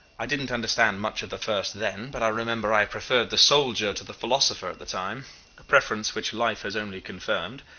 i didn't understand much of the first then but i remember i preferred the soldier to the philosopher at the time a preference which life has only confirmed.